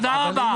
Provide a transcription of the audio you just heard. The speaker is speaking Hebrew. תודה רבה.